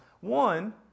One